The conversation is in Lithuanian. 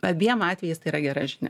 abiem atvejais tai yra gera žinia